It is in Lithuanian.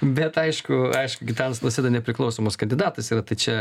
bet aišku aišku gitanas nausėda nepriklausomas kandidatas yra tai čia